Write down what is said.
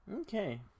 Okay